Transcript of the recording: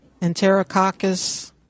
enterococcus